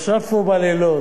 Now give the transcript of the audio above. ישבת פה בלילות,